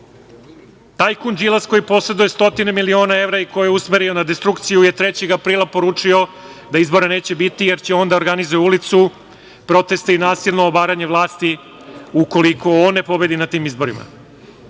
Tajkun Đilas, koji poseduje stotine miliona evra i koje je usmerio na destrukciju je 3. aprila poručio da izbora neće biti, jer će on da organizuje ulicu, proteste i nasilno obaranje vlasti, ukoliko on ne pobedi na tim izborima. To